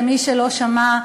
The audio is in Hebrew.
למי שלא שמע,